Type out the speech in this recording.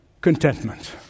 contentment